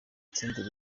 senderi